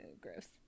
Gross